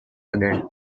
again